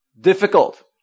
difficult